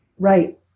Right